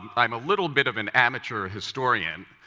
but i'm a little bit of an amateur historian,